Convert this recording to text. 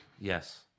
Yes